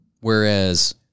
whereas